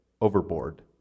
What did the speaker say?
overboard